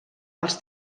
als